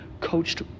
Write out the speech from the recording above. coached